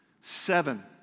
Seven